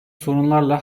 sorunlarla